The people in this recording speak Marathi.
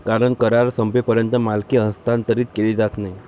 कारण करार संपेपर्यंत मालकी हस्तांतरित केली जात नाही